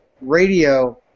radio